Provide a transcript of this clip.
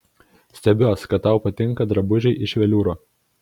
stebiuos kad tau patinka drabužiai iš veliūro